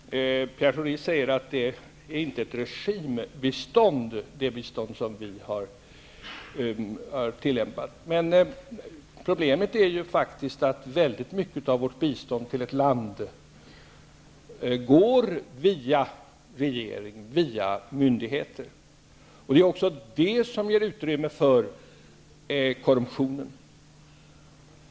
Fru talman! Pierre Schori säger att det inte är ett regimbistånd som vi har tillämpat. Men problemet är ju faktiskt att väldigt mycket av vårt bistånd till ett land går via regeringen, via myndigheter. Det är också detta som ger utrymme för korruptionen.